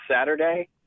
Saturday